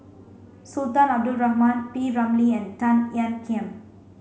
Sultan Abdul Rahman P Ramlee and Tan Ean Kiam